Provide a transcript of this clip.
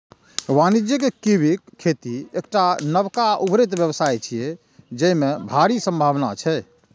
वाणिज्यिक कीवीक खेती एकटा नबका उभरैत व्यवसाय छियै, जेमे भारी संभावना छै